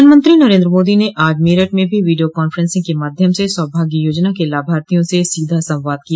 प्रधानमंत्री नरेन्द्र मोदी ने आज मेरठ में भी वीडियो कांफ्रेंसिंग के माध्यम से सौभाग्य योजना के लाभार्थियों से सीधा संवाद किया